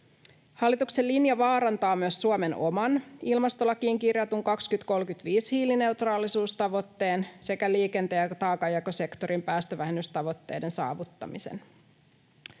Hallituksen linja vaarantaa myös Suomen oman ilmastolakiin kirjatun 2035-hiilineutraaliustavoitteen sekä liikenteen ja taakanjakosektorin päästövähennystavoitteiden saavuttamisen.